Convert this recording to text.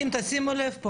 אנחנו נשמח.